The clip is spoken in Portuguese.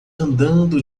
andando